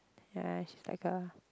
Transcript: ya she's like a